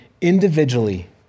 individually